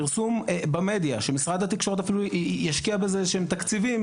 פרסום במדיה שמשרד התקשורת אפילו ישקיע בזה איזה שהם תקציבים,